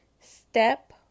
Step